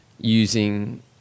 using